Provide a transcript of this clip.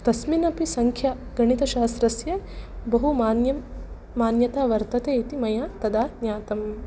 तस्मिन्नपि सङ्ख्या गणितशास्त्रस्य बहुमान्यं मान्यता वर्तते इति मया तदा ज्ञातम्